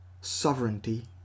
sovereignty